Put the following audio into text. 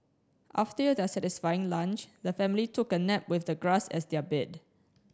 after their satisfying lunch the family took a nap with the grass as their bed